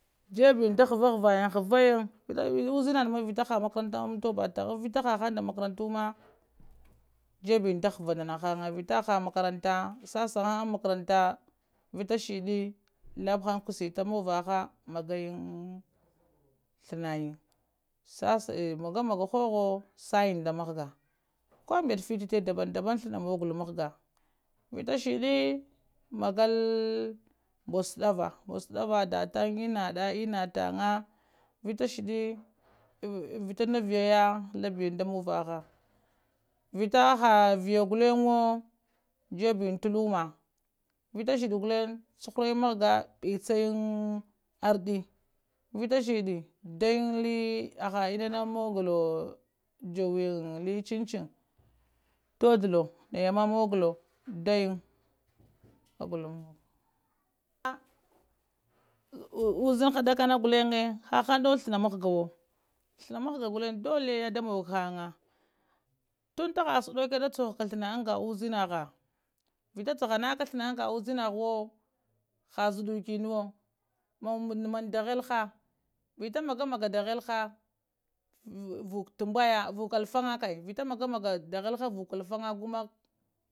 Jebbiyan da havahavanyang, havayang vita uzinayan da ma vita haha makaranta avita ha makarantu ma jeɓɓiyan da havaha ndahanga vita aha makaranta sasahanga an makaranta lattahana kushita muvaha maggayan thanayan sasayan, magana ga hohowo sayang da mahga koh mɓette fitti ɓai ɗaɓɓan ɗaɓɓan thana moggowolo mahga vita shiddi maggah mɓoz ta shaɗɗava, mboz shaɗɗahva, dattang ennaɓa enna tangaha vita shiɗɗi vita viyyaha laɓɓiyan ɗa muvaha vita ha viyya gullengowo jeɓiyan da tukuma vita shiddi gulen chura yang mahga bichanyang arrɗɗi vita shiddi dayyang, aha enna muggido wo jowoyan li chin chin toddlowo nayama moggolowo daytang kagol maggowo uzinaha dakkana gullen hahang dowwo thana mahgawo thana maga gulleng ɗolleye ɗa maggohanga tun thaha suɗoko ɗa chohoka thana anga uzinaha vita chahanapka thana anga uzinahawo ha zaddu inawo mann dahelha vita magga dahelha vuku tambaya vukuhu alfonga kai vita magamaga dahelha vukuhu alfanga gumak